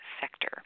sector